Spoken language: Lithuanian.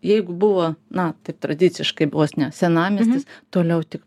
jeigu buvo na taip tradiciškai vos ne senamiestis toliau tik